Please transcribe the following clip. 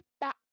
back